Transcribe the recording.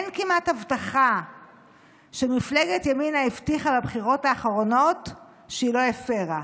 אין כמעט הבטחה שמפלגת ימינה הבטיחה בבחירות האחרונות שהיא לא הפרה.